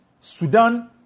Sudan